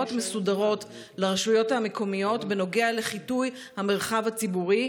מסודרות לרשויות המקומיות בנוגע לחיטוי המרחב הציבורי.